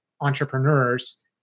Entrepreneurs